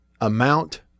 amount